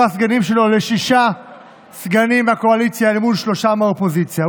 הסגנים שלו לשישה סגנים בקואליציה מול שלושה מהאופוזיציה.